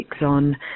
on